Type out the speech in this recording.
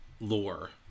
lore